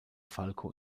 falco